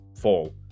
fall